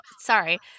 Sorry